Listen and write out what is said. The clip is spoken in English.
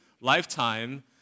lifetime